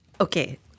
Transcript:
Okay